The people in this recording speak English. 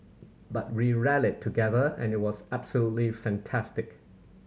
but we rallied together and it was absolutely fantastic